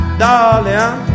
darling